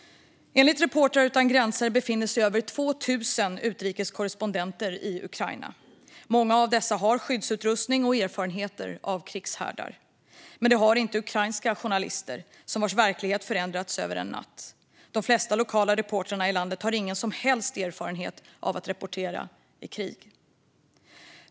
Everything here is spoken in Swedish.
Enligt Reportrar utan gränser befinner sig över 2 000 utrikeskorrespondenter i Ukraina. Många av dessa har skyddsutrustning och erfarenheter av krigshärdar. Men det har inte ukrainska journalister vars verklighet har förändrats över en natt. De flesta lokala reportrarna i landet har ingen som helst erfarenhet av att rapportera från krig.